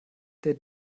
der